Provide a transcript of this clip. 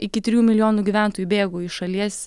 iki trijų milijonų gyventojų bėgo iš šalies